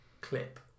clip